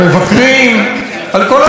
את כל הדברים האלה הוא לא מכיר,